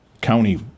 county